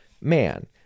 man